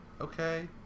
okay